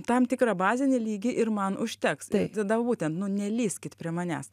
tam tikrą bazinį lygį ir man užteks tada būtent nu nelįskit prie manęs